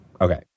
okay